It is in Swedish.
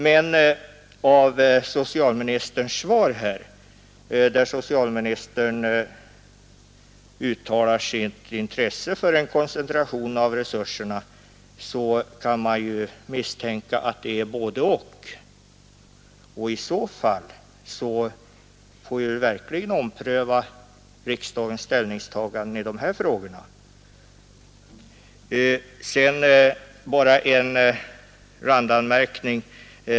Men eftersom socialministern i interpellationssvaret uttalar sitt intresse för en koncentration av resurserna, kan man misstänka att det är fråga om ett både-och. I så fall får vi verkligen ompröva riksdagens ställningstagande i dessa frågor. Sedan bara en randanmärkning.